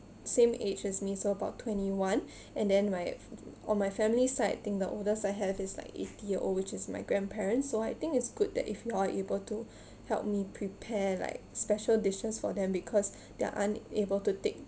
same age as me so about twenty one and then my on my family side I think the oldest I have is like eighty year old which is my grandparents so I think it's good that if you are able to help me prepare like special dishes for them because they aren't able to take